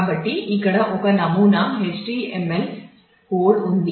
కాబట్టి ఇక్కడ ఒక నమూనా HTML కోడ్ ఉంది